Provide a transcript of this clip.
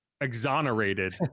exonerated